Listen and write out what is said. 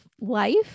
life